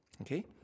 okay